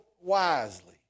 wisely